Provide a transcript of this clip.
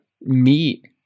meat